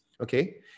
okay